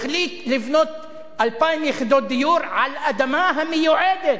החליט לבנות 2,000 יחידות דיור על אדמה המיועדת,